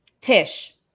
Tish